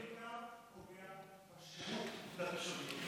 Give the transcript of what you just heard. זה בעיקר פוגע בשירות לתושבים.